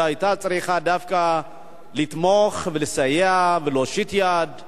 שהיתה צריכה דווקא לתמוך ולסייע ולהושיט יד?